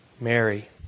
Mary